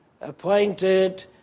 appointed